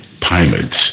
Pilots